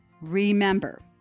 Remember